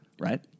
right